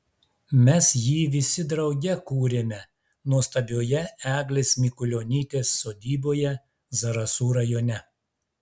mes jį visi drauge kūrėme nuostabioje eglės mikulionytės sodyboje zarasų rajone